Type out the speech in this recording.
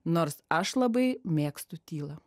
nors aš labai mėgstu tylą